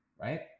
Right